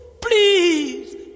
please